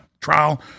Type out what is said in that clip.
trial